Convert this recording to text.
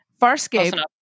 Farscape